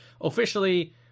officially